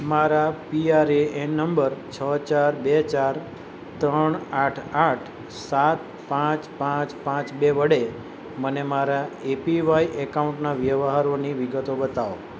મારા PRAN number છ ચાર બે ચાર ત્રણ આઠ આઠ સાત પાંચ પાંચ પાંચ બે વડે મને મારા એપીવાય એકાઉન્ટના વ્યવહારોની વિગતો બતાવો